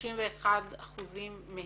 31% מהם.